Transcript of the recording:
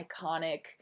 iconic